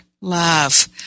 Love